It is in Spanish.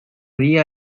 día